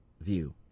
view